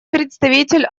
представитель